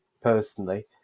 personally